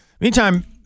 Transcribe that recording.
Meantime